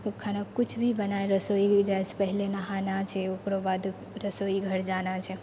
लोग खाना कुछ भी बनाए रसोइ जाइसँ पहिले नहाना छै ओकरो बाद रसोइ घर जाना छै